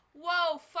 whoa